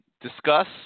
discuss